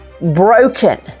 broken